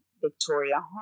Victoria